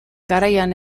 garaian